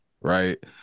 right